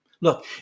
Look